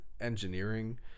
engineering